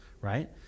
right